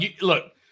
look